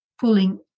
pulling